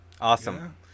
awesome